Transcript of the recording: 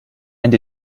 and